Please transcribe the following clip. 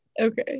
okay